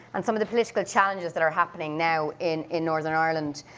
and some of the political challenges that are happening now in in northern ireland.